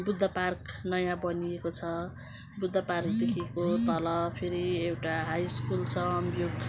Buddha park नयाँ बनिएको छ बुद्ध पार्क देखिको तल फेरि एउटा हाई स्कुल छ अम्बियोक